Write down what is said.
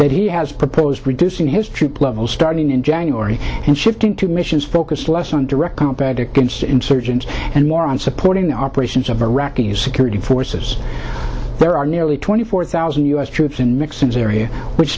that he has proposed reducing his troop levels starting in january and shifting to missions focused less on direct combat against insurgents and more on supporting the operations of iraqi security forces there are nearly twenty four thousand u s troops in mixed in syria which